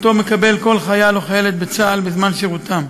שמקבלים כל חייל וחיילת בצה"ל בזמן שירותם.